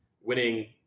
winning